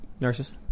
Nurses